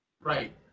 Right